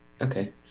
Okay